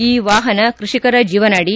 ಈ ವಾಪನ ಕೃಷಿಕರ ಜೀವನಾಡಿ